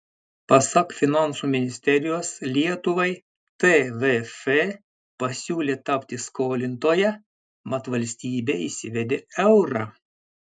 pasak finansų ministerijos lietuvai tvf pasiūlė tapti skolintoja mat valstybė įsivedė eurą